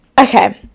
Okay